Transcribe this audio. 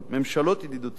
ממשלות ידידותיות,